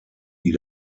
die